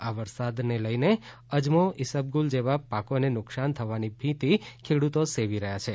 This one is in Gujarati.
આ વરસાદને લઈને અજમો ઈશ્બગુલ જેવા પાકોને નુકશાન થવાની ભીંતિ ખેડૂતો સેવી રહ્યા છે